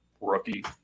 Rookie